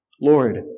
Lord